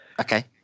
Okay